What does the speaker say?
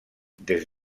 des